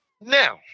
now